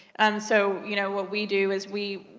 and so, you know, what we do is we,